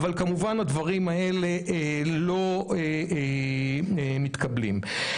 אבל הדברים האלה לא מתקבלים, כמובן.